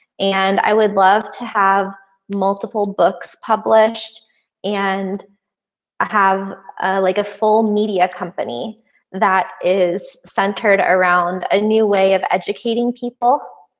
and i would love to have multiple books published and i have like a full media company that is centered around a new way of educating people.